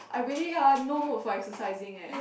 I really ah no mood for exercising eh